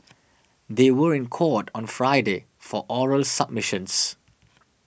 they were in court on Friday for oral submissions